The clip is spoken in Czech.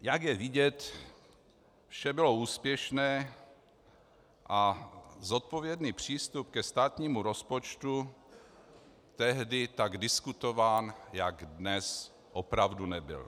Jak je vidět, vše bylo úspěšné a zodpovědný přístup ke státnímu rozpočtu tehdy tak diskutován jak dnes opravdu nebyl.